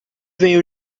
vem